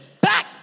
back